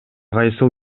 кайсыл